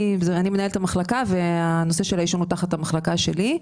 אני מנהלת המחלקה והנושא של העישון הוא תחת המחלקה שלי.